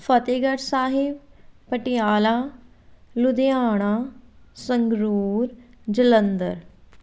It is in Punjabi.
ਫਤਿਹਗੜ੍ਹ ਸਾਹਿਬ ਪਟਿਆਲਾ ਲੁਧਿਆਣਾ ਸੰਗਰੂਰ ਜਲੰਧਰ